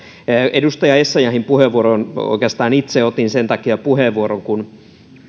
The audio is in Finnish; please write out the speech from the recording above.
edustaja essayahin puheenvuoroon oikeastaan itse otin sen takia puheenvuoron kun